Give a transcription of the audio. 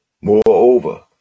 Moreover